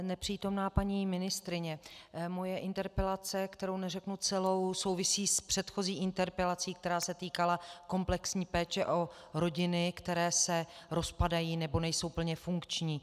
Nepřítomná paní ministryně, moje interpelace, kterou neřeknu celou, souvisí s předchozí interpelací, která se týkala komplexní péče o rodiny, které se rozpadají nebo nejsou plně funkční.